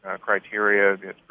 criteria